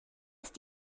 ist